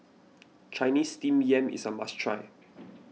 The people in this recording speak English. Chinese Steamed Yam is a must try